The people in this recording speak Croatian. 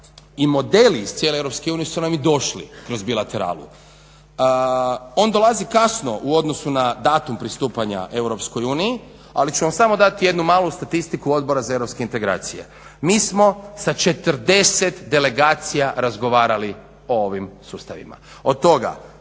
i modeli iz cijele EU su nam i došli kroz bilateralu. On dolazi kasno u odnosu na datum pristupanja EU, ali ću vam samo dati jednu malu statistiku Odbora za europske integracije. Mi smo sa 40 delegacija razgovarali o ovim sustavima.